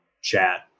chat